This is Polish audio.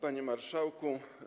Panie Marszałku!